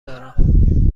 دارم